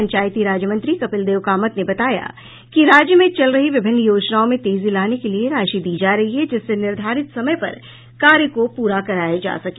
पंचायती राज मंत्री कपिलदेव कामत ने बताया है कि राज्य में चल रही विभिन्न योजनाओं में तेजी लाने के लिए राशि दी जा रही है जिससे निर्धारित समय पर कार्य को पूरा कराया जा सके